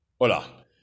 Hola